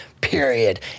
period